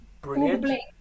brilliant